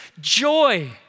joy